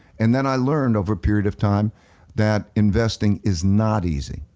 and then i learned over a period of time that investing is not easy.